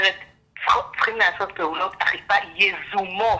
צריכים לעשות פעולות אכיפה יזומות.